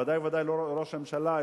ודאי לא ראש הממשלה,